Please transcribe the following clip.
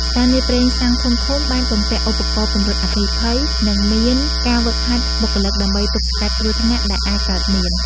ស្ថានីយ៍ប្រេងសាំងធំៗបានបំពាក់ឧបករណ៍ពន្លត់អគ្គិភ័យនិងមានការហ្វឹកហាត់បុគ្គលិកដើម្បីទប់ស្កាត់គ្រោះថ្នាក់ដែលអាចកើតមាន។